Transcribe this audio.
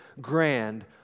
grand